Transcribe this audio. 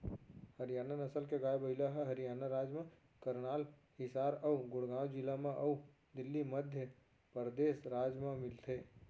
हरियाना नसल के गाय, बइला ह हरियाना राज म करनाल, हिसार अउ गुड़गॉँव जिला म अउ दिल्ली, मध्य परदेस राज म मिलथे